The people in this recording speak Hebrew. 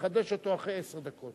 ומחדש אותו אחרי עשר דקות.